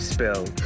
Spill